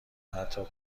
حتی